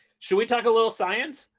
should we talk a little science?